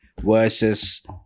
versus